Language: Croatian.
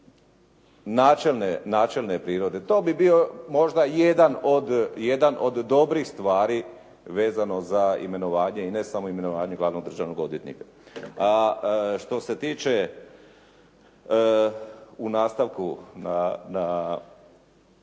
načelne je prirode. To bi bio možda jedan od dobrih stvari vezano za imenovanje, i ne samo imenovanje glavnog državnog odvjetnika. Što se tiče u nastavku na